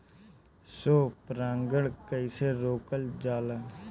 स्व परागण कइसे रोकल जाला?